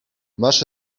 masz